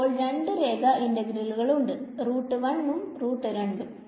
നമുക്കിപ്പോൾ രണ്ട് രേഖ ഇന്റഗ്രലുകൾ ഉണ്ട് ഉം ഉം